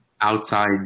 outside